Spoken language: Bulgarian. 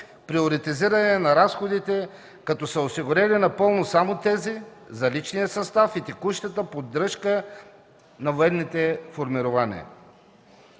приоритизиране на разходите, като са осигурени напълно само тези за личния състав и текущата издръжка на военните формирования;